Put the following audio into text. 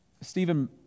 Stephen